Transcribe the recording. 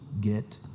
get